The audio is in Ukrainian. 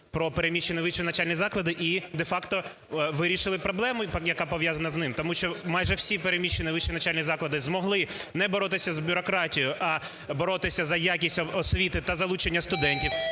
"Про переміщені вищі навчальні заклади" і де-факто вирішили проблему, яка пов'язана з ним. Тому що майже всі переміщені вищі навчальні заклади змогли не боротися з бюрократією, а боротися за якість освіти та залучення студентів.